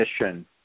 mission